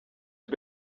now